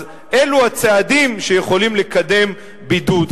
אז אלו הצעדים שיכולים לקדם בידוד,